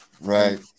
Right